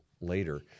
later